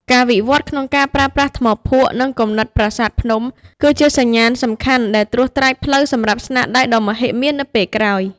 ការវិវត្តន៍ក្នុងការប្រើប្រាស់ថ្មភក់ និងគំនិតប្រាសាទភ្នំ គឺជាសញ្ញាណសំខាន់ដែលត្រួសត្រាយផ្លូវសម្រាប់ស្នាដៃដ៏មហិមានៅពេលក្រោយ។